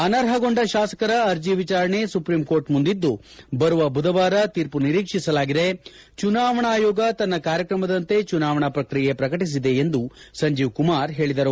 ಅನರ್ಹಗೊಂಡ ಶಾಸಕರ ಅರ್ಜೆ ವಿಚಾರಣೆ ಸುಪ್ರೀಂಕೋರ್ಟ್ ಮುಂದಿದ್ದು ಬರುವ ಬುಧವಾರ ತೀರ್ಮ ನಿರೀಕ್ಷಿಸಲಾಗಿದೆ ಚುನಾವಣಾ ಆಯೋಗ ತನ್ನ ಕಾರ್ಯಕ್ರಮದಂತೆ ಚುನಾವಣಾ ಪ್ರಕ್ರಿಯೆ ಪ್ರಕಟಿಸಿದೆ ಎಂದು ಸಂಜೀವ್ ಕುಮಾರ್ ಹೇಳಿದರು